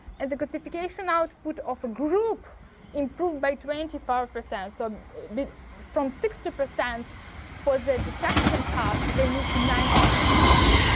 and the classification output of a group improved by twenty five percent. so from sixty percent for the detection task, they moved to ninety nine percent.